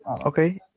Okay